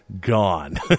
gone